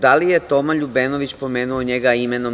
Da li je Toma Ljubenović pomenuo njega imenom?